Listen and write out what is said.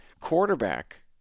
quarterback